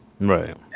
right